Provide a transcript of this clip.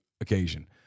occasion